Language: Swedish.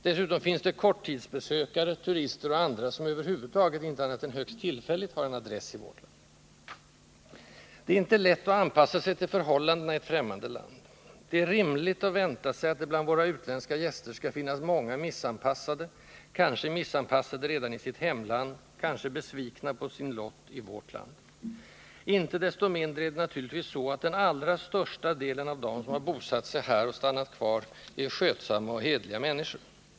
Dessutom finns det korttidsbesökare, turister och andra, som över huvud taget inte annat än högst tillfälligt har en adress i vårt land. Det är inte lätt att anpassa sig till förhållandena i ett fträmmande land. Det är rimligt att vänta sig att det bland våra utländska gäster skall finnas många missanpassade — kanske missanpassade redan i sitt hemland, kanske besvikna på sin lott i vårt land. Icke desto mindre är det naturligtvis så att den allra största delen av dem, som bosatt sig här och stannat kvar, är skötsamma och hederliga människor.